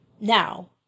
Now